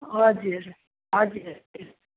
हजुर हजुर हजुर